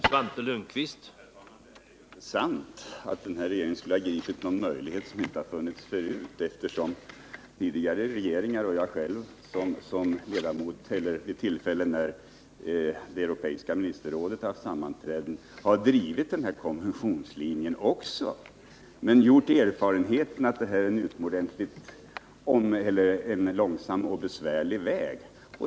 Herr talman! Det är inte sant att den här regeringen skulle ha gripit några möjligheter som inte funnits förut, eftersom tidigare regeringar och jag själv som medlem av regeringen vid de tillfällen då det europeiska ministerrådet haft sammanträden också drivit denna konventionslinje men gjort erfarenheten att detta är en utomordentligt långsam och besvärlig väg.